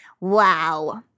Wow